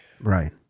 Right